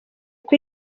kuko